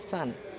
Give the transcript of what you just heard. Stvarno.